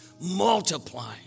multiplying